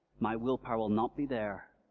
my willpower will not be there,